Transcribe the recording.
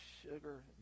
sugar